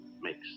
makes